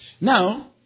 Now